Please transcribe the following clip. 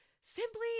simply